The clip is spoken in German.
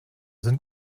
sind